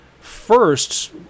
first